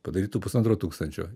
padarytų pusantro tūkstančio